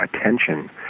attention